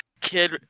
Kid